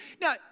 now